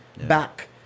back